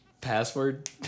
password